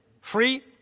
free